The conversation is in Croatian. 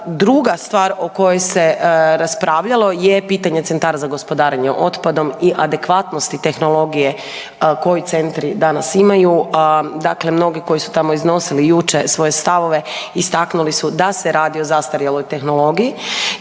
Druga stvar o kojoj se raspravljalo je pitanje centara za gospodarenje otpadom i adekvatnosti tehnologije koji centri danas imaju. Dakle, mnogi koji su tamo iznosili jučer svoje stavove istaknuli da se radi o zastarjeloj tehnologiji